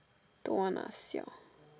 don't want lah siao